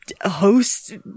host